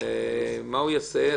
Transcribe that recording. מה הוא יעשה?